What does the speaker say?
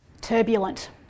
turbulent